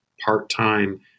part-time